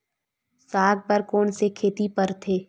साग बर कोन से खेती परथे?